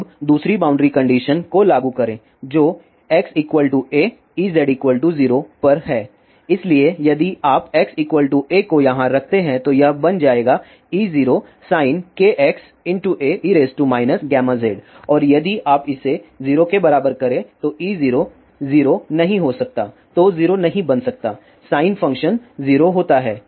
अब दूसरी boundary condition को लागू करें जो x a Ez 0 पर है इसलिए यदि आप x a को यहाँ रखते हैं तो यह बन जाएगा E0sin kxa e γz और यदि आप इसे 0 के बराबर करें तो E0 0 नहीं हो सकता तो 0 नहीं बन सकता साइन फंक्शन 0 होता है